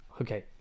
Okay